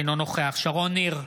אינו נוכח שרון ניר,